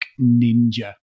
Ninja